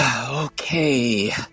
Okay